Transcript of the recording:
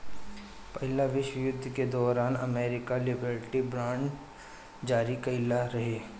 पहिला विश्व युद्ध के दौरान अमेरिका लिबर्टी बांड जारी कईले रहे